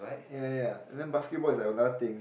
ya ya ya and then basketball is like another thing